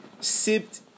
sipped